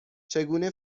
چگونه